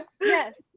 Yes